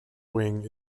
wing